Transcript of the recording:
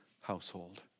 household